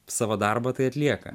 savo darbą tai atlieka